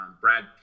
Brad